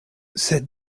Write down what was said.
sed